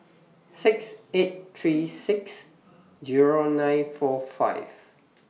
six eight three six Zero nine four five